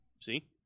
See